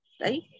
right